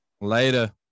Later